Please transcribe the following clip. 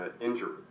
injury